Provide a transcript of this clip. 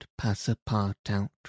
Passapartout